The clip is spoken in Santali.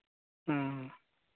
ᱦᱮᱸ